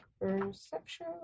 Perception